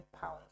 pounds